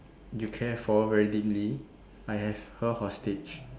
you care for very deeply I have her hostage